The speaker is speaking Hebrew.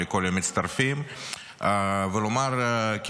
ולכל המצטרפים,